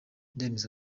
ndemeza